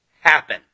happen